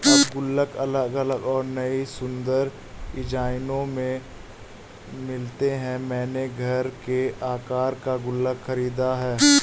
अब गुल्लक अलग अलग और नयी सुन्दर डिज़ाइनों में मिलते हैं मैंने घर के आकर का गुल्लक खरीदा है